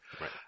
Right